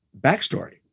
backstory